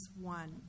one